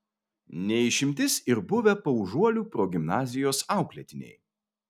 ne išimtis ir buvę paužuolių progimnazijos auklėtiniai